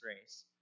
race